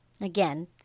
Again